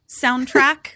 soundtrack